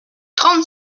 trente